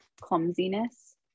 clumsiness